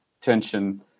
tension